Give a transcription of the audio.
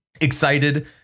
excited